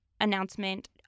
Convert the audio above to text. announcement